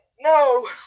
no